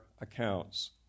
accounts